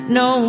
no